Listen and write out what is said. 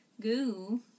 Goo